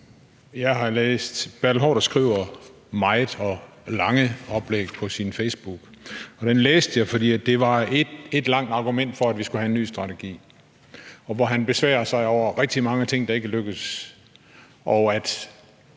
Jeg har set, at hr. Bertel Haarder har skrevet mange og lange oplæg på Facebook. Dem læste jeg, for det var ét langt argument for, at vi skal have ny strategi. Hr. Bertel Haarder besværer sig over rigtig mange ting, der ikke er lykkedes,